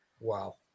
wow